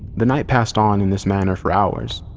the night passed on in this manner for hours.